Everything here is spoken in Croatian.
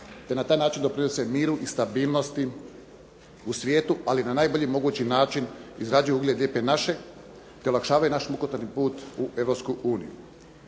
te na taj način doprinose miru i stabilnosti u svijetu, ali na najbolji mogući način izgrađuju ugled Lijepe naše, te olakšavaju naš mukotrpan put u